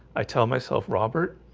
i tell myself robert.